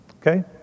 Okay